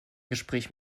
gespräch